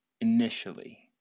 initially